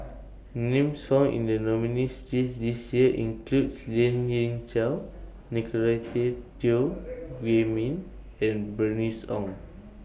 Names found in The nominees' list This Year include Lien Ying Chow Nicolette Teo Wei Min and Bernice Ong